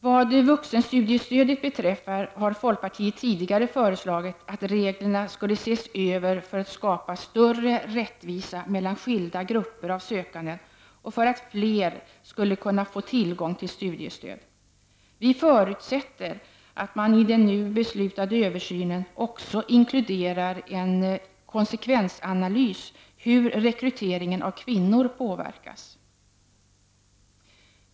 Vad vuxenstudiestödet beträffar har folkpartiet tidigare föreslagit att reglerna skulle ses över för att skapa större rättvisa mellan skilda grupper av sökande och för att fler skulle kunna få tillgång till studiestöd. Vi förutsätter att man i den nu beslutade översynen också inkluderar en konsekvensanalys av hur rekryteringen av kvinnor påverkas.